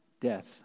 Death